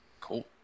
Cool